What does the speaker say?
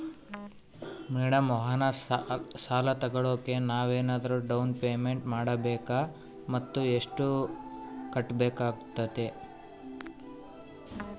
Madam ವಾಹನ ಸಾಲ ತೋಗೊಳೋಕೆ ನಾವೇನಾದರೂ ಡೌನ್ ಪೇಮೆಂಟ್ ಮಾಡಬೇಕಾ ಮತ್ತು ಎಷ್ಟು ಕಟ್ಬೇಕಾಗ್ತೈತೆ?